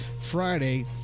Friday